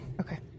okay